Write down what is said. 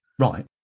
Right